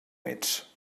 ets